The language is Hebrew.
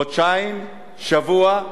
חודשיים, שבוע,